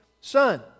Son